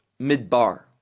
midbar